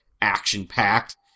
action-packed